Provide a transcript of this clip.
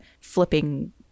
Flipping